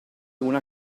una